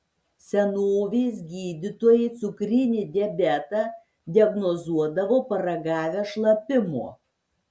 senovės gydytojai cukrinį diabetą diagnozuodavo paragavę šlapimo